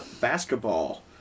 basketball